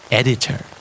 editor